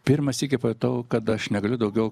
pirmąsyk įpratau kad aš negaliu daugiau